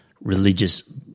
religious